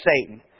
Satan